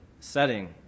setting